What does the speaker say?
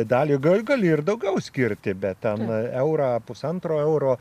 dalį gal gali ir daugiau skirti bet ten eurą pusantro euro